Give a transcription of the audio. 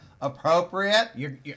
appropriate